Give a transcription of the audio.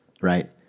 right